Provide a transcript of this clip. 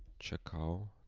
checkout,